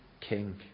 king